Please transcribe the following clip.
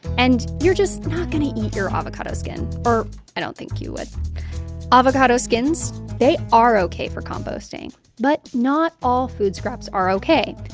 and you're just not going to eat your avocado skin or i don't think you would avocado skins they are ok for composting, but not all food scraps are ok.